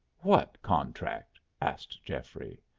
what contract? asked geoffrey.